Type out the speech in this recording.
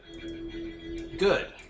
Good